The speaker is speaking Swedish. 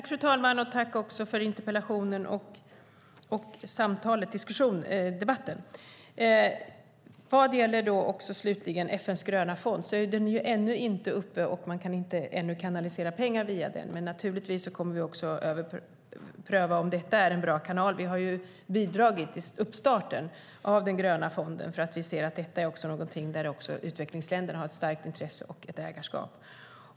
Fru talman! Tack för interpellationen och för debatten! Vad gäller FN:s gröna fond vill jag slutligen säga att man ännu inte kan kanalisera pengar via den, men naturligtvis kommer vi att överpröva om detta är en bra kanal. Vi har ju bidragit till uppstarten av den gröna fonden därför att vi ser att detta är någonting där också utvecklingsländerna har ett starkt intresse och ett ägarskap.